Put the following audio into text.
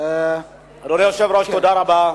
אדוני היושב-ראש, תודה רבה.